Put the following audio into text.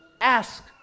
Ask